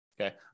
okay